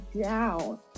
down